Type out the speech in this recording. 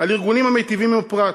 על ארגונים המיטיבים עם הפרט.